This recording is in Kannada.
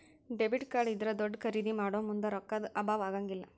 ಡೆಬಿಟ್ ಕಾರ್ಡ್ ಇದ್ರಾ ದೊಡ್ದ ಖರಿದೇ ಮಾಡೊಮುಂದ್ ರೊಕ್ಕಾ ದ್ ಅಭಾವಾ ಆಗಂಗಿಲ್ಲ್